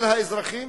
של האזרחים,